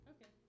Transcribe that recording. Okay